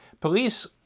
Police